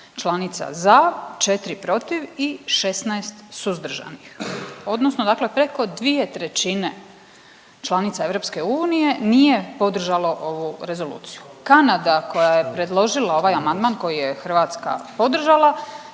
članica za, 4 protiv i 16 suzdržanih odnosno dakle preko dvije trećine članica EU nije podržalo ovu Rezoluciju. Kanada koja je predložila ovaj amandman koji je Hrvatska podržala